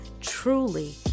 truly